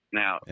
now